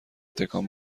تکان